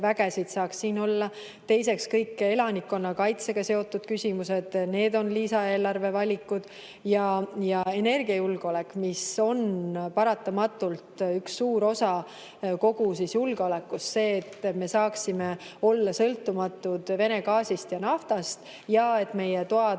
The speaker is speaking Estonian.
vägesid saaks siin olla. Teiseks, kõik elanikkonnakaitsega seotud küsimused. Need on lisaeelarve valikud, samuti energiajulgeolek, mis on paratamatult üks suur osa kogu julgeolekust, sellest, et me saaksime olla sõltumatud Vene gaasist ja naftast ja et meie toad